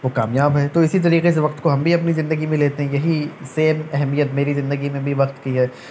وہ کامیاب ہے تو اسی طریقے سے وقت کو ہم بھی اپنی زندگی میں لیتے ہیں یہی سیم اہمیت میری زندگی میں بھی وقت کی ہے